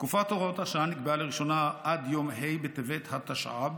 תקופת הוראת השעה נקבעה לראשונה עד יום ה' בטבת התשע"ב,